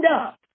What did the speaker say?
up